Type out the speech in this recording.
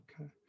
Okay